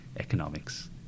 economics